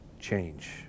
change